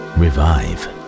revive